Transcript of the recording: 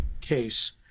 case